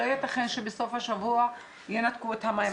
לא יתכן שבסוף השבוע ינתקו את המים.